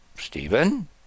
Stephen